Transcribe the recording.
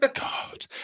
God